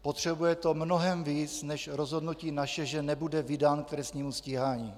Potřebuje to mnohem víc než rozhodnutí naše, že nebude vydán k trestnímu stíhání.